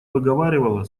выговаривала